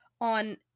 on